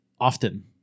Often